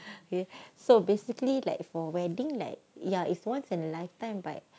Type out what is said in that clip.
okay so basically like for wedding like ya is once in a life time but